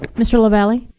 mr. lavalley.